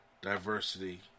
diversity